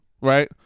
right